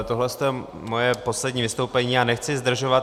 Tohle je moje poslední vystoupení, já nechci zdržovat.